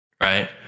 right